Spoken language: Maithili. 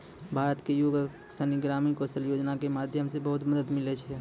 भारत के युवक सनी के ग्रामीण कौशल्या योजना के माध्यम से बहुत मदद मिलै छै